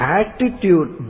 attitude